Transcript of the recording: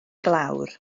glawr